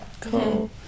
cool